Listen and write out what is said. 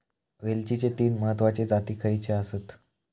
वेलचीचे तीन महत्वाचे जाती खयचे आसत?